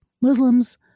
Muslims